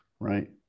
right